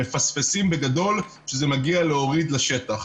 בדרך כלל הם מפספסים בגדול כשזה מגיע להורדה לשטח.